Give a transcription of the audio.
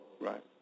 right